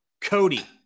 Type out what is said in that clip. Cody